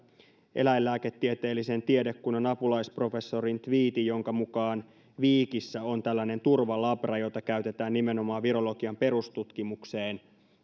eläinlääketieteellisen tiedekunnan apulaisprofessorin tviitin jonka mukaan viikissä on tällainen turvalabra jota käytetään nimenomaan virologian perustutkimukseen